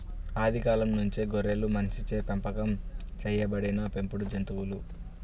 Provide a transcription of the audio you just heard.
ఆది కాలం నుంచే గొర్రెలు మనిషిచే పెంపకం చేయబడిన పెంపుడు జంతువులు